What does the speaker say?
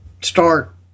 start